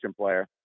player